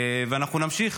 ואנחנו נמשיך,